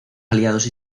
aliados